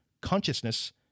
Consciousness